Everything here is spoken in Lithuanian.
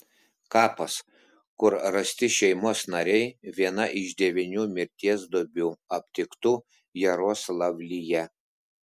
kapas kur rasti šeimos nariai viena iš devynių mirties duobių aptiktų jaroslavlyje